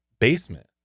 basement